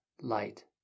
light